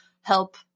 help